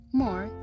more